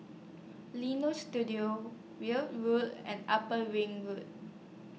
Leonie Studio Weld Road and Upper Ring Road